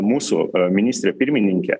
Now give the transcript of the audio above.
mūsų ministrė pirmininkė